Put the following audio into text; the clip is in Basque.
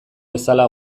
bezala